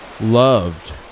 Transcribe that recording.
loved